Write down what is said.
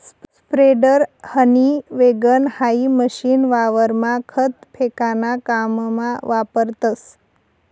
spreader, हनी वैगण हाई मशीन वावरमा खत फेकाना काममा वापरतस